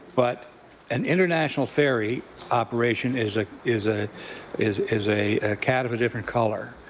but an international ferry operation is a is a is is a cat of a different colour.